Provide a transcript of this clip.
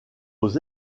aux